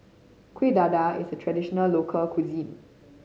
Kueh Dadar is a traditional local cuisine